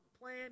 plan